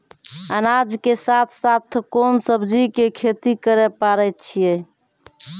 अनाज के साथ साथ कोंन सब्जी के खेती करे पारे छियै?